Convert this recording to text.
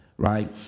Right